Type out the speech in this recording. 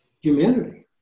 humanity